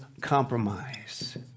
compromise